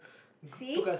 see